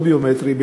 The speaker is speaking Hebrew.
לא ביומטריים,